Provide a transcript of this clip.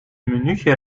minuutje